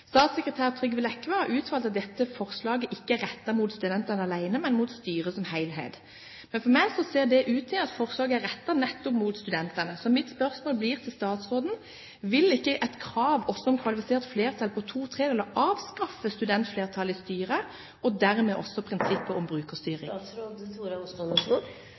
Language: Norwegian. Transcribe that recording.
Statssekretær Kyrre Lekve har uttalt at dette forslaget ikke er rettet mot studentene alene, men mot styret som helhet. Men for meg ser det ut til at forslaget er rettet nettopp mot studentene. Så mitt spørsmål til statsråden blir: Vil ikke et krav om kvalifisert flertall på to tredjedeler avskaffe studentflertallet i styret og dermed også prinsippet om